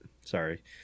Sorry